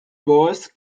walls